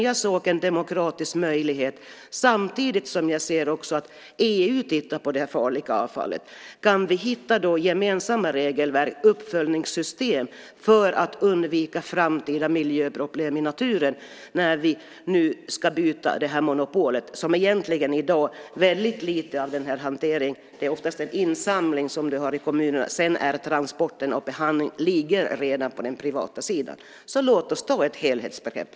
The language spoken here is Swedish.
Jag såg en demokratisk möjlighet samtidigt som jag ser att EU tittar på det farliga avfallet. Det är bra om vi kan hitta gemensamma regelverk och uppföljningssystem för att undvika framtida miljöproblem i naturen när vi nu ska bryta monopolet, som i dag egentligen har en väldigt liten del av den här hanteringen. Det är oftast en insamling som de har i kommunerna. Transporterna och behandlingen ligger redan på den privata sidan. Så låt oss ta ett helhetsgrepp.